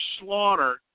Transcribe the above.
slaughter